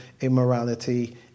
immorality